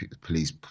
police